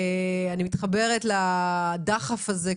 אני מתחברת לדחף הזה,